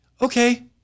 Okay